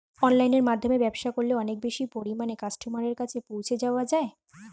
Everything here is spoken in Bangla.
অনলাইনের মাধ্যমে ব্যবসা করলে অনেক বেশি পরিমাণে কাস্টমারের কাছে পৌঁছে যাওয়া যায়?